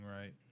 right